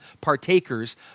partakers